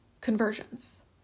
conversions